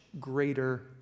greater